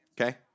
Okay